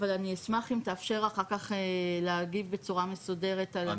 אבל אני אשמח אם תאפשר אחר כך להגיב בצורה מסודרת על הטענות האלה.